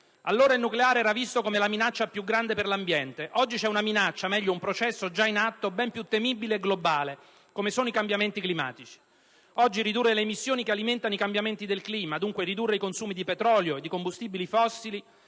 allora il nucleare era visto come la minaccia più grande per l'ambiente; oggi c'è una minaccia, meglio un processo già in atto, ben più temibile e globale come sono i cambiamenti climatici. Oggi ridurre le emissioni che alimentano i cambiamenti del clima, dunque ridurre i consumi di petrolio e di combustibili fossili,